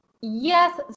yes